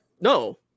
No